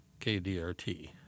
KDRT